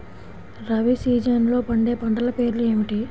రబీ సీజన్లో పండే పంటల పేర్లు ఏమిటి?